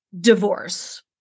divorce